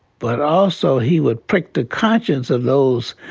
but also he would prick the conscience of those.